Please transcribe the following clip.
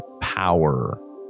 power